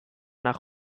nach